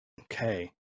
Okay